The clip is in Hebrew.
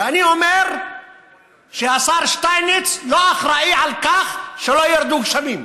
ואני אומר שהשר שטייניץ לא אחראי לכך שלא ירדו גשמים,